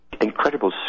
incredible